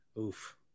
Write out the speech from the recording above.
Oof